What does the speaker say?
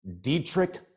Dietrich